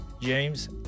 james